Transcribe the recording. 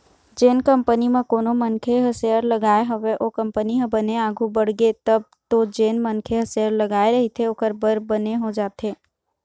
जेन कंपनी म कोनो मनखे ह सेयर लगाय हवय ओ कंपनी ह बने आघु बड़गे तब तो जेन मनखे ह शेयर लगाय रहिथे ओखर बर बने हो जाथे